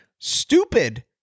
Stupid